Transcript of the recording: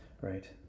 right